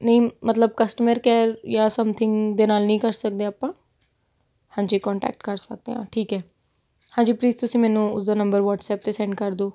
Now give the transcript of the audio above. ਨਹੀਂ ਮਤਲਬ customer care ਜਾਂ ਸਮਥਿੰਗ ਦੇ ਨਾਲ ਨਹੀਂ ਕਰ ਸਕਦੇ ਆਪਾਂ ਹਾਂਜੀ ਕੋਂਟੈਕਟ ਕਰ ਸਕਦੇ ਹਾਂ ਠੀਕ ਹੈ ਹਾਂਜੀ ਪਲੀਜ਼ ਤੁਸੀਂ ਮੈਨੂੰ ਉਸਦਾ ਨੰਬਰ ਵਟਸਐਪ 'ਤੇ ਸੈਂਡ ਕਰ ਦਿਉ